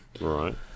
right